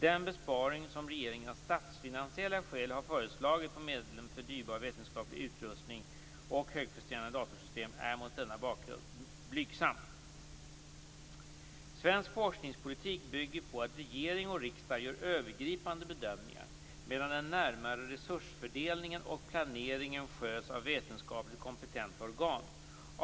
Den besparing som regeringen av statsfinansiella skäl har föreslagit på medlen för dyrbar vetenskaplig utrustning och högpresterande datorsystem är mot denna bakgrund blygsam. Svensk forskningspolitik bygger på att regering och riksdag gör övergripande bedömningar, medan den närmare resursfördelningen och planeringen sköts av vetenskapligt kompetenta organ.